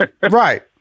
right